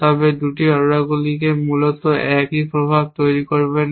তবে 2টি অর্ডারগুলি মূলত একই প্রভাব তৈরি করবে না